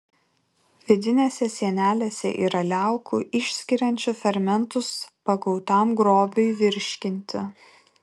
vidinėse sienelėse yra liaukų išskiriančių fermentus pagautam grobiui virškinti